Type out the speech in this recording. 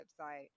website